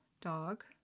dog